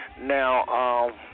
Now